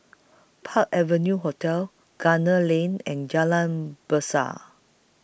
Park Avenue Hotel Gunner Lane and Jalan Besut